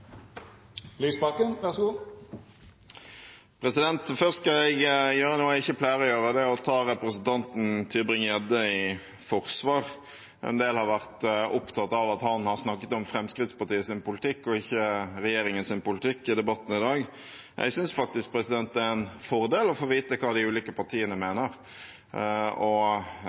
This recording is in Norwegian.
å ta representanten Tybring-Gjedde i forsvar. En del har vært opptatt av at han har snakket om Fremskrittspartiets politikk og ikke regjeringens politikk i debatten i dag. Jeg synes faktisk det er en fordel å få vite hva de ulike partiene mener.